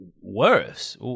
Worse